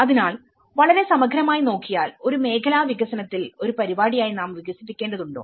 അതിനാൽ വളരെ സമഗ്രമായി നോക്കിയാൽഒരു മേഖലാ വികസനത്തിൽ ഒരു പരിപാടിയായി നാം വികസിപ്പിക്കേണ്ടതുണ്ടോ